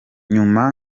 nyuma